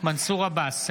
מנסור עבאס,